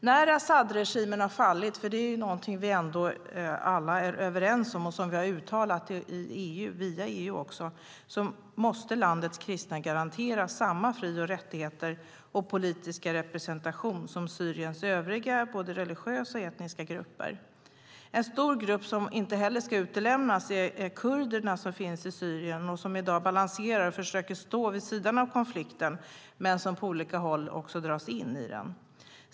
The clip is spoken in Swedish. När Assadregimen har fallit måste landets kristna garanteras samma fri och rättigheter och politiska representation som Syriens övriga religiösa och etniska grupper. Det är vi alla överens om, och vi har uttalat det via EU. En stor grupp som inte heller ska utelämnas är kurderna som finns i Syrien och som i dag balanserar och försöker stå vid sidan av konflikten men som på olika håll dras in i den.